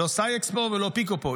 לא סייקס פה ולא פיקו פה.